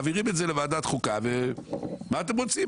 מעבירים את זה לוועדת חוקה ומה אתם רוצים?